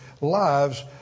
lives